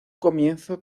comienzo